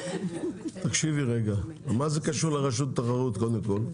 מה זה קשור לרשות לתחרות קודם כל?